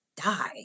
die